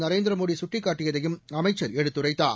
நரேந்திர மோடி சுட்டிக்காட்டியதையும் அமைச்சர் எடுத்துரைத்தார்